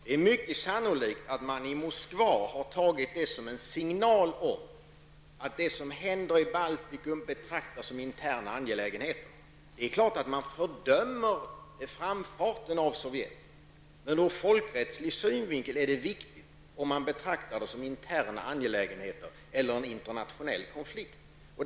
Det är mycket sannolikt att man i Moskva har uppfattat detta som en signal om att det som händer i Baltikum betraktas som interna angelägenheter. Det är självklart att vi fördömer Sovjets framfart, men ur folkrättslig synpunkt är det viktigt om man betraktar detta som interna angelägenheter eller som en internationell konflikt.